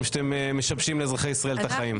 שאתם משבשים לאזרחי ישראל את החיים.